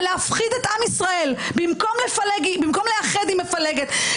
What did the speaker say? ולהפחיד את עם ישראל במקום לאחד היא מפלגת,